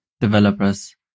developers